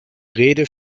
rede